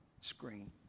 screen